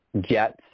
jets